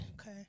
Okay